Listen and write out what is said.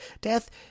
Death